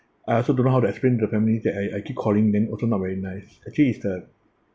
I also don't know how to explain to family that I I keep calling them also not very nice actually is the